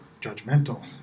judgmental